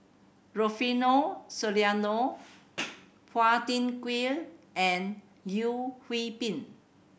Rufino Soliano Phua Thin Kiay and Yeo Hwee Bin